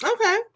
okay